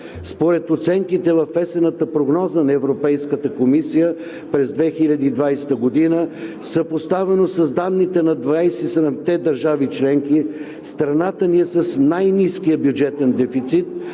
Според оценките в есенната прогноза на Европейската комисия през 2020 г., съпоставено с данните на 27-те държави членки, страната ни е с най-ниския бюджетен дефицит,